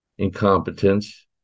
incompetence